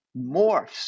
morphs